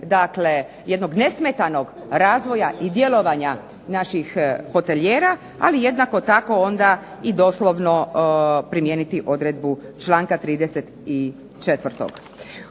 dakle jednog nesmetanog razvoja i djelovanja naših hotelijera ali jednako tako onda i doslovno primijeniti odredbu članka 34.